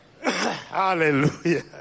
Hallelujah